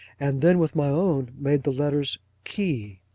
and then with my own, made the letters key.